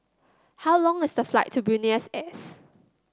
how long is the flight to Buenos Aires